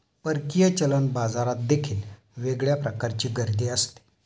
परकीय चलन बाजारात देखील वेगळ्या प्रकारची गर्दी असते